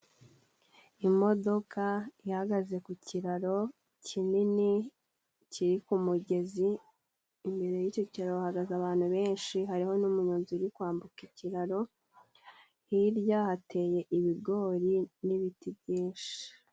Imodoka ihagaze ku kiraro kinini kiri ku kumugezi, imbere yicyo cyiraro hahagaze abantu benshi, hariho numuyonzi uri kwambuka ikiraro hirya hateye ibigori n'ibiti byinshi.